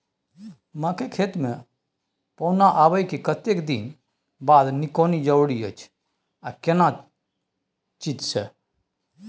मकई के खेत मे पौना आबय के कतेक दिन बाद निकौनी जरूरी अछि आ केना चीज से?